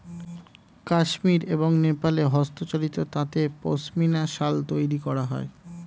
কাশ্মীর এবং নেপালে হস্তচালিত তাঁতে পশমিনা শাল তৈরি করা হয়